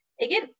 Again